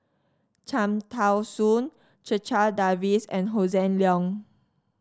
Cham Tao Soon Checha Davies and Hossan Leong